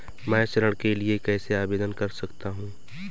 मैं ऋण के लिए कैसे आवेदन कर सकता हूं?